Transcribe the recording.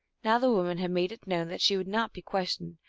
now the woman had made it known that she would not be questioned,